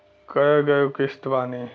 कय गो किस्त बानी?